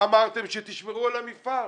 אמרתם שתשמרו על המפעל.